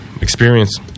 experience